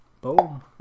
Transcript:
Boom